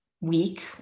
week